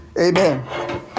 Amen